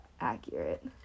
accurate